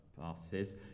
passes